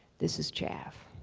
this is chaff.